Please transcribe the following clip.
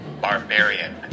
Barbarian